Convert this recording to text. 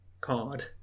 card